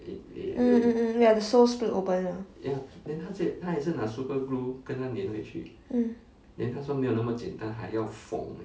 mm mm mm ya the sole split open ah mm